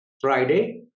Friday